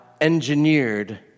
engineered